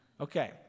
Okay